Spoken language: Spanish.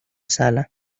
sala